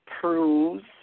proves